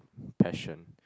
passion